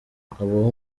habaho